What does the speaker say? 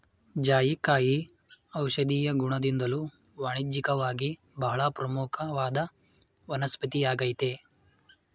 ಜಾಯಿಕಾಯಿ ಔಷಧೀಯ ಗುಣದಿಂದ್ದಲೂ ವಾಣಿಜ್ಯಿಕವಾಗಿ ಬಹಳ ಪ್ರಮುಖವಾದ ವನಸ್ಪತಿಯಾಗಯ್ತೆ